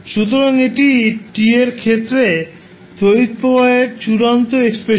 সুতরাং এটি t এর ক্ষেত্রে তড়িৎ প্রবাহের চূড়ান্ত এক্সপ্রেশান